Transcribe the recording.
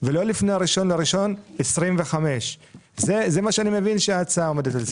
ולא לפני ה-1 בינואר 2025. זה מה שאני מבין שאומרת ההצעה.